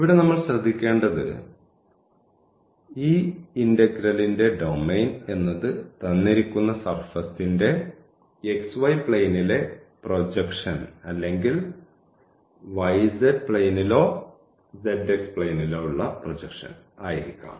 ഇവിടെ നമ്മൾ ശ്രദ്ധിക്കേണ്ടത് ഈ ഇന്റഗ്രലിന്റെ ഡൊമെയ്ൻ എന്നത് തന്നിരിക്കുന്ന സർഫസിന്റെ xy പ്ലെയ്നിനിലെ പ്രൊജക്ഷൻ അല്ലെങ്കിൽ അത് yz പ്ലെയ്നിലോ zx പ്ലെയ്നിലോ ആയിരിക്കാം